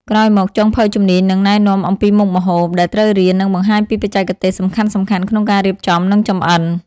ក្រោយមក ចុងភៅជំនាញនឹងណែនាំអំពីមុខម្ហូបដែលត្រូវរៀន និងបង្ហាញពីបច្ចេកទេសសំខាន់ៗក្នុងការរៀបចំ និងចម្អិន ។